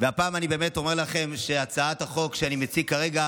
הפעם אני אומר לכם שהצעת החוק שאני מציג כרגע